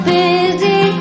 busy